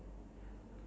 ya